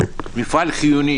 להחליט שזה מפעל חיוני.